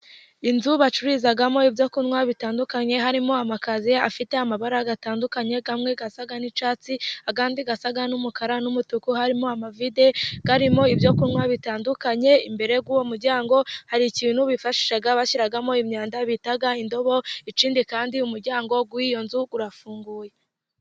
Inzu bacururizamo ibyo kunywa bitandukanye harimo amakaziye afite amabara atandukanye, amwe asa n'icyatsi ,andi asa n'umukara n'umutuku, harimo amavide arimo ibyo kunywa bitandukanye. Imbere y'uwo muryango hari ikintu bifashisha bashyiramo imyanda bita indobo, ikindi kandi umuryango w'iyo nzu urafunguye.